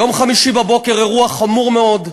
יום חמישי בבוקר, אירוע חמור מאוד.